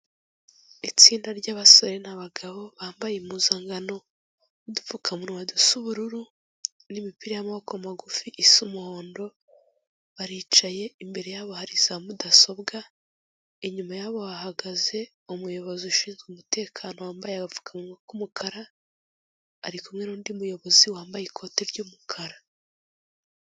Itsinda ry'abasore n'abagabo bambaye impuzankano. Udupfukamunwa dusa ubururu n'imipira y'amaboko magufi isa umuhondo, baricaye imbere yabo hari za mudasobwa, inyuma yabo hahagaze umuyobozi ushinzwe umutekano wambaye agapfukamunwa k'umukara, ari kumwe n'undi muyobozi wambaye ikote ry'umukara.